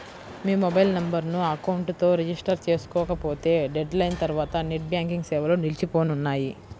మీ mobile నెంబర్ను account తో register చేసుకోకపోతే డెడ్ లైన్ తర్వాత నెట్ బ్యాంకింగ్ సేవలు నిలిచిపోనున్నాయి